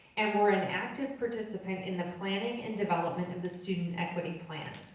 and were an active participant in the planning and development of the student equity plan.